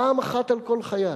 פעם אחת על כל חייל.